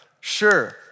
sure